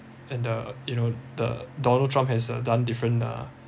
and the you know the donald trump has uh done different uh